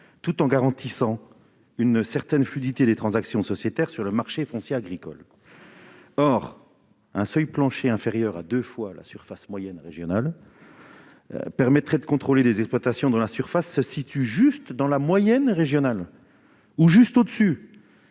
tout en garantissant une certaine fluidité des transactions sociétaires sur le marché foncier agricole. Or un seuil plancher inférieur à deux fois la surface agricole utile régionale moyenne permettrait de contrôler les exploitations dont la surface se situe tout juste dans la moyenne régionale, ou juste au-dessus